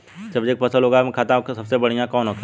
सब्जी की फसल उगा में खाते सबसे बढ़ियां कौन होखेला?